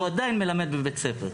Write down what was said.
הוא עדיין מלמד בבית הספר.